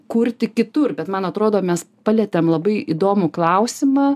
kurti kitur bet man atrodo mes palietėm labai įdomų klausimą